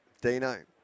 Dino